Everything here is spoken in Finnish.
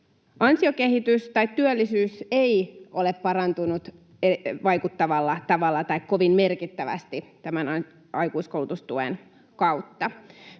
Ansiokehitys tai työllisyys ei ole parantunut vaikuttavalla tavalla tai kovin merkittävästi tämän aikuiskoulutustuen kautta.